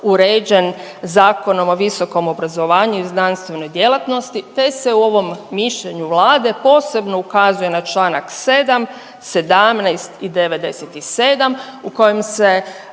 uređen Zakonom o visokom obrazovanju i znanstvenoj djelatnosti te se u ovom mišljenju vlade pokazuje na čl. 7., 17. i 97. u kojem se